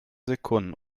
sekunden